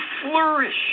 flourish